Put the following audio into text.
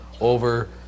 over